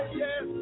yes